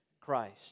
Christ